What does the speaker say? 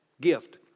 gift